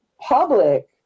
public